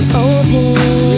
open